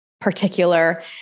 particular